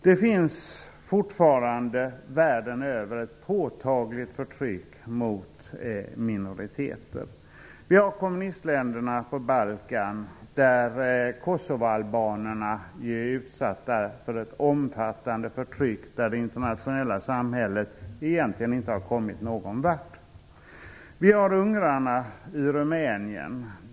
Det finns fortfarande världen över ett påtagligt förtryck mot minoriteter. Vi har kommunistländerna på Balkan, där kosovoalbanerna är utsatta för ett omfattande förtryck, och där det internationella samhället egentligen inte har kommit någon vart. Vi har ungrarna i Rumänien.